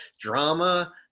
drama